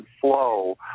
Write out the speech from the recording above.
flow